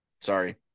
Sorry